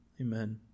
Amen